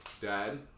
dad